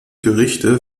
gerichte